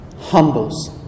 humbles